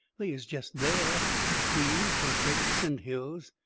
they is jest there, like trees and cricks and hills.